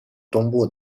东部